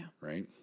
Right